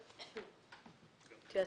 כן.